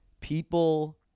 people